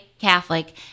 Catholic